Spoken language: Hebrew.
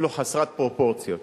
אפילו חסרת פרופורציות.